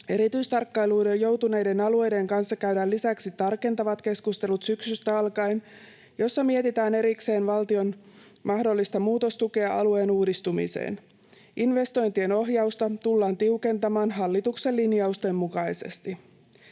Erityistarkkailuun joutuneiden alueiden kanssa käydään lisäksi tarkentavat keskustelut syksystä alkaen, joissa mietitään erikseen valtion mahdollista muutostukea alueen uudistumiseen. Investointien ohjausta tullaan tiukentamaan hallituksen linjausten mukaisesti.